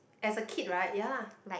as a kid right ya